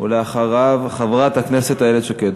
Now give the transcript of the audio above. ואחריו, חברת הכנסת איילת שקד.